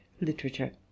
Literature